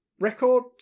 record